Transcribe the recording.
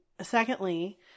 Secondly